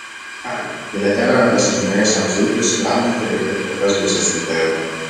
ką gi bilietėlio nepasižymėjusiam zuikiui sutramdyti reikia kur kas gausesnių pajėgų